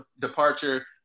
departure